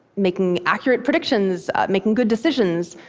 making accurate predictions, making good decisions,